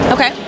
Okay